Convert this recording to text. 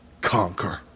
conquer